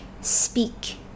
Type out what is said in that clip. speak